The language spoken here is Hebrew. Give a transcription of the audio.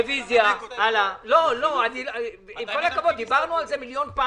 הם לא תושבים.